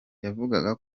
yavugaga